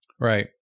Right